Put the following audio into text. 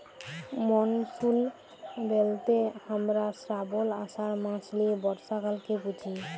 monsoon ব্যলতে হামরা শ্রাবল, আষাঢ় মাস লিয়ে বর্ষাকালকে বুঝি